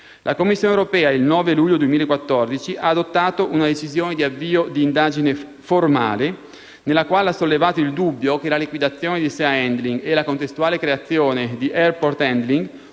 La Commissione europea il 9 luglio 2014 ha adottato una decisione di avvio di indagine formale, nella quale ha sollevato il dubbio che la liquidazione di Sea Handling e la contestuale creazione di Airport Handling